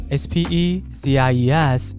species